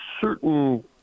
certain